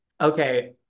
Okay